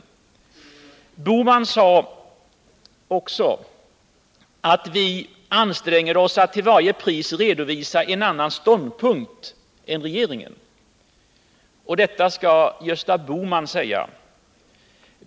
Herr Bohman sade också att vi anstränger oss att till varje pris redovisa en annan ståndpunkt än regeringen. Detta skall Gösta Bohman säga!